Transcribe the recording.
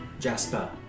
Jasper